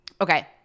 okay